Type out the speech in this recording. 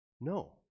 no